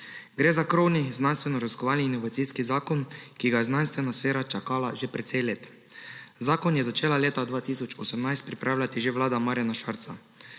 Gre za krovni znanstvenoraziskovalni inovacijski zakon, ki ga je znanstvena sfera čakala že precej let. Zakon je začela leta 2018 pripravljati že vlada Marjana Šarca.